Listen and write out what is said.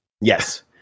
Yes